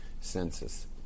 census